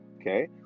okay